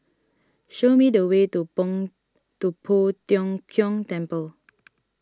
show me the way to to Poh Tiong Kiong Temple